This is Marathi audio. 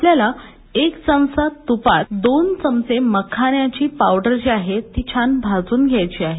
आपल्याला एक चमचा तूपात दोन चमचे मखान्याची पावडर जी आहे ती छान भाजून घ्यायची आहे